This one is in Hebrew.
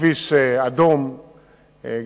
כביש מס' 38 מקודם.